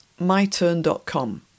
myturn.com